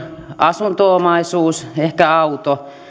asunto omaisuus ehkä auto